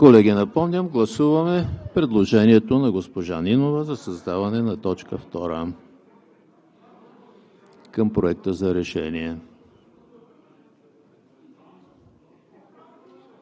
Колеги, напомням, гласуваме предложението на госпожа Нинова за създаване на т. 2 към Проекта за решение.